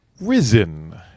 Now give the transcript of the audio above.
Risen